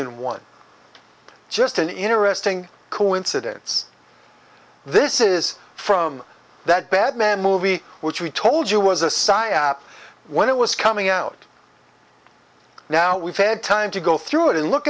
and one just an interesting coincidence this is from that bad man movie which we told you was a psyop when it was coming out now we've had time to go through it and look